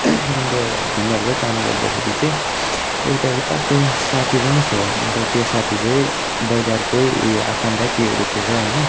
अन्त ढुङ्गाहरूको काम गर्दाखेरि चाहिँ एउटा उताको साथी पनि थियो अन्त त्यो साथी चाहिँ बजारकै उयो आफन्त केही एउटा थिएछ होइन